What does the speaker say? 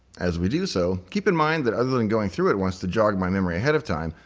as we do so, keep in mind that other than going through it once to jog my memory ahead of time,